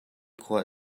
khua